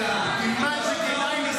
הגימטרייה שלך גם,